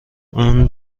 اون